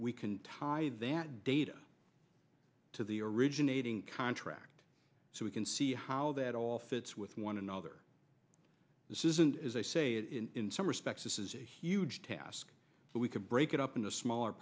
we can tie that data to the originating contract so we can see how that all fits with one another this isn't as i say it is in some respects this is a huge task so we can break it up into smaller